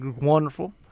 Wonderful